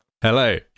Hello